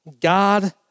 God